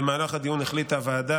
במהלך הדיון החליטה הוועדה,